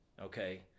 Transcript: Okay